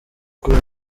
kuri